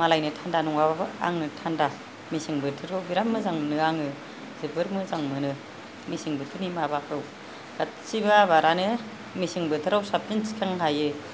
मालायनो थान्दा नङाबाबो आंनो थान्दा मेसें बोथोरखौ बिरात मोनो आङो जोबोर मोजां मोनो मेसें बोथोरनि माबाखौ गासिबो आबादआनो मेसें बोथोराव साबसिन थिखांनो हायो